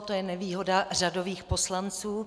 To je nevýhoda řadových poslanců.